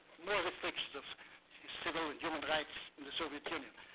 more restrictions of civil and human rights in the soviet union.